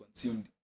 consumed